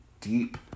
deep